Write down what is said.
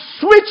switch